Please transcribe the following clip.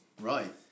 right